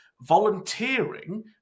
volunteering